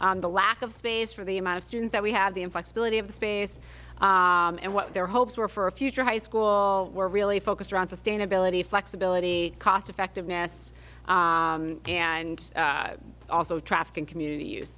space the lack of space for the amount of students that we had the inflexibility of the space and what their hopes were for a future high school were really focused around sustainability flexibility cost effectiveness and also traffic and communit